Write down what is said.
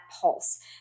pulse